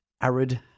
arid